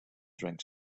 drank